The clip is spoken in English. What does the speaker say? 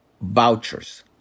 vouchers